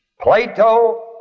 Plato